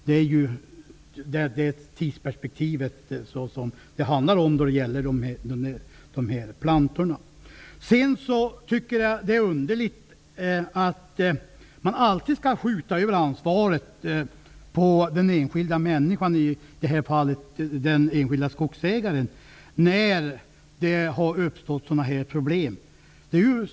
Det handlar ju om sådana tidsperspektiv när det gäller dessa plantor. Det är underligt att man alltid skall skjuta över ansvaret på den enskilda människan, i detta fall den enskilda skogsägaren, när det uppstår sådana här problem.